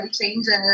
changes